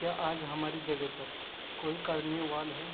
کیا آج ہماری جگہ پر کوئی کارنیوال ہے